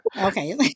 Okay